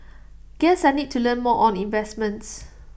guess I need to learn more on investments